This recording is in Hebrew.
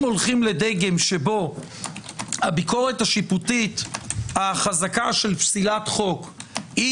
הולכים לדגם שבו הביקורת השיפוטית החזקה של פסילת חוק היא